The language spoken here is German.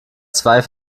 zwei